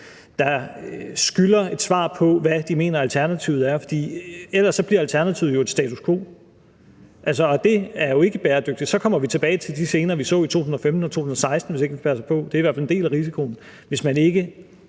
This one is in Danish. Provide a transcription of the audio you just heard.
der skylder et svar på, hvad de mener alternativet er, for ellers bliver alternativet jo status quo, og det er jo ikke bæredygtigt. For vi kommer tilbage til de scener, vi så i 2015 og 2016, hvis ikke vi passer på. Det er i hvert fald en del af risikoen,